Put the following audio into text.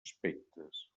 aspectes